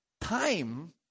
time